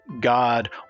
God